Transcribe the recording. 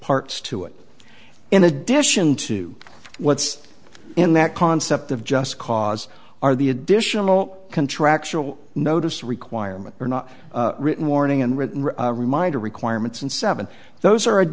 parts to it in addition to what's in that concept of just cause are the additional contractual notice requirement or not written warning and written reminder requirements and seven those are